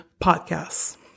podcasts